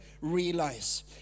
realize